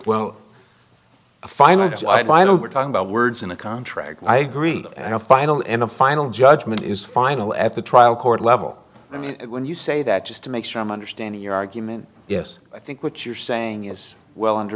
know we're talking about words in a contract i agree and a final and a final judgment is final at the trial court level i mean when you say that just to make sure i'm understanding your argument yes i think what you're saying is well under